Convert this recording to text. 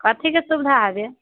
कथीकेँ सुविधा हबे